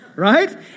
right